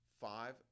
five